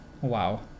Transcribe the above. Wow